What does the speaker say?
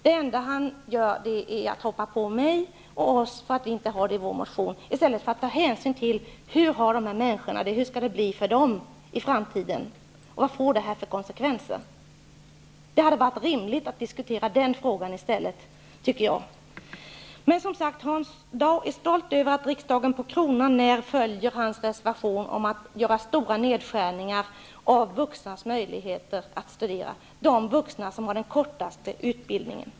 Det enda Hans Dau gör är att hoppa på mig och Socialdemokraterna för att frågan inte finns med i motionen, i stället för att ta hänsyn till hur dessa människor har det och hur det skall gå för dem i framtiden. Vad får detta för konsekvenser? Det hade varit rimligt att diskutera den frågan i stället. Hans Dau är stolt över att riksdagen på kronan när följer hans reservation om att vidta stora nedskärningar i vuxnas möjligheter att studera -- de vuxna som har den kortaste utbildningen.